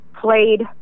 played